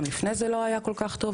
גם לפני זה לא היה כל כך טוב,